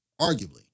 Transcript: arguably